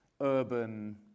urban